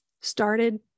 started